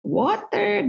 water